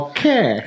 Okay